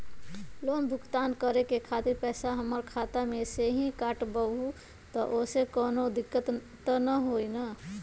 Loan भुगतान करे के खातिर पैसा हमर खाता में से ही काटबहु त ओसे कौनो दिक्कत त न होई न?